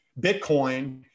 Bitcoin